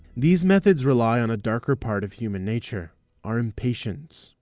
these methods rely on a darker part of human nature our impatience.